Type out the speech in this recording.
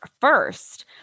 first